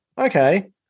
Okay